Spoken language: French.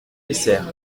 essert